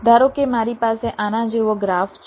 ધારો કે મારી પાસે આના જેવો ગ્રાફ છે